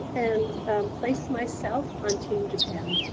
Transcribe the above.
and place myself on team japan.